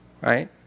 right